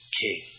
king